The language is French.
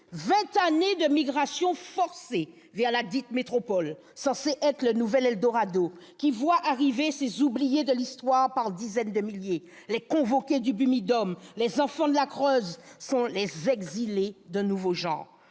Vingt années de migration forcée vers ladite métropole censée être le nouvel eldorado voient arriver ces oubliés de l'histoire par dizaines de milliers : les convoqués du BUMIDOM, les enfants de la Creuse sont les exilés d'un nouveau genre.